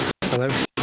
Hello